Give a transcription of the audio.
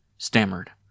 Stammered